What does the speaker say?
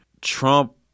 Trump